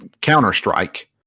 Counter-Strike